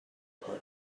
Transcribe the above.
pardon